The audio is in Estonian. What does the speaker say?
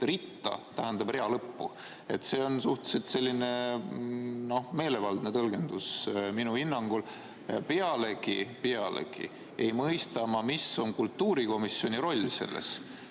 tähendab rea lõppu. See on suhteliselt meelevaldne tõlgendus minu hinnangul. Pealegi ei mõista ma, mis on kultuurikomisjoni roll selles.